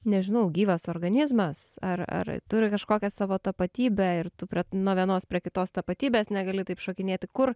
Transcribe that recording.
nežinau gyvas organizmas ar ar turi kažkokią savo tapatybę ir tu prie nuo vienos prie kitos tapatybės negali taip šokinėti kur